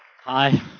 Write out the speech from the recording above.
Hi